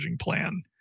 plan